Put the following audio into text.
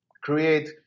create